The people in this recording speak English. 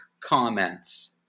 comments